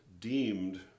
deemed